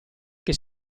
che